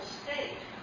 state